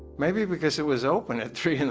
maybe because it was open at three